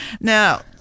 Now